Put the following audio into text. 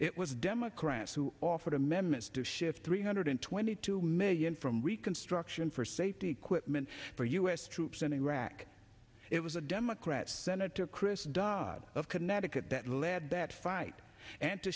it was democrats who offered amendments to shift three hundred twenty two million from reconstruction for safety equipment for u s troops in iraq it was a democrat senator chris dodd of connecticut that led that fight and to